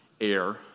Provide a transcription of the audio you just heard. air